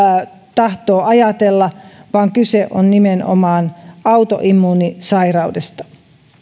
tahtoo ajatella vaan kyse on nimenomaan autoimmuunisairaudesta